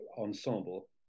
ensemble